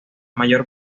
mayor